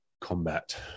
combat